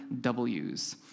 W's